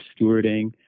stewarding